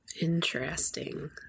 Interesting